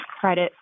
credit